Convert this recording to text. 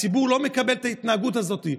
הציבור לא מקבל את ההתנהגות הזאת.